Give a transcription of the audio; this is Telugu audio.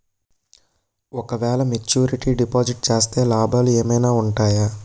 ఓ క వేల మెచ్యూరిటీ డిపాజిట్ చేస్తే లాభాలు ఏమైనా ఉంటాయా?